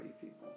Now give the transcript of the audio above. people